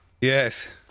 yes